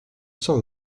cent